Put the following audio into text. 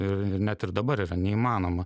ir ir net ir dabar yra neįmanoma